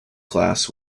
class